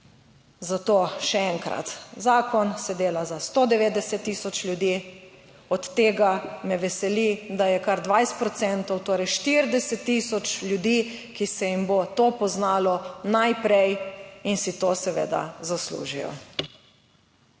Zato še enkrat, zakon se dela za 190 tisoč ljudi, od tega me veseli, da je kar 20 procentov, torej 40 tisoč ljudi, ki se jim bo to poznalo najprej in si to seveda zaslužijo.